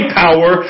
power